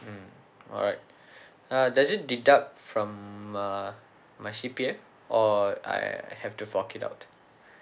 mm alright uh does it deduct from uh my C_P_F or I have to fork it out